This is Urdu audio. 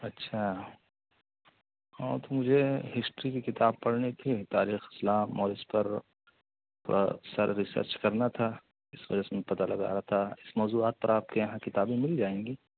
اچھا ہاں تو مجھے ہسٹری کی کتاب پڑھنی تھی تاریخ اسلام اور اس پر تھوڑا سر ریسرچ کرنا تھا اس وجہ سے میں پتہ لگا رہا تھا اس موضوعات پر آپ کے یہاں کتابیں مل جائیں گی